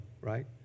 right